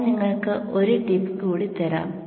ഞാൻ നിങ്ങൾക്ക് ഒരു ടിപ്പ് കൂടി തരാം